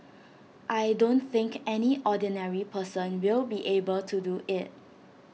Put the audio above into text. I don't think any ordinary person will be able to do IT